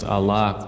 Allah